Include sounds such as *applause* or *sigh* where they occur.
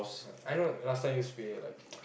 I know last time used to be like *noise*